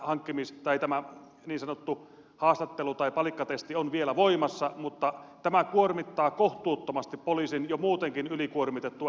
no toistaiseksi tämä niin sanottu haastattelu tai palikkatesti on vielä voimassa mutta tämä kuormittaa kohtuuttomasti poliisin jo muutenkin ylikuormitettua henkilöstöhallintoa